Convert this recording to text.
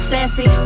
Sassy